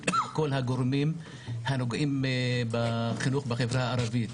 עם כל הגורמים הנוגעים בחינוך בחברה הערבית.